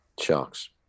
Sharks